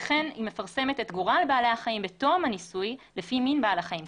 וכן היא מפרסמת את גורל בעלי החיים בתום הניסוי לפי מין בעל החיים,